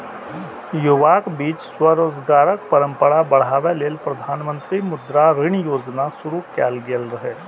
युवाक बीच स्वरोजगारक परंपरा बढ़ाबै लेल प्रधानमंत्री मुद्रा ऋण योजना शुरू कैल गेल रहै